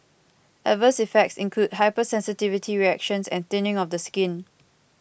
adverse effects include hypersensitivity reactions and thinning of the skin